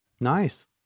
Nice